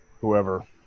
whoever